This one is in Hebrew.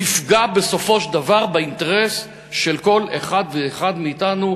יפגע בסופו של דבר באינטרס של כל אחד ואחד מאתנו,